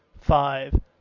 five